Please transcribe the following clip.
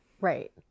Right